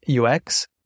UX